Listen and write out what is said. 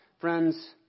Friends